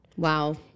wow